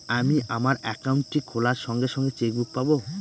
আমি আমার একাউন্টটি খোলার সঙ্গে সঙ্গে চেক বুক পাবো?